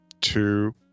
Two